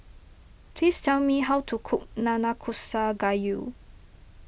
please tell me how to cook Nanakusa Gayu